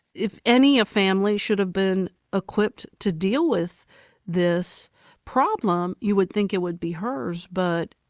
if any a family should've been equipped to deal with this problem, you would think it would be hers but,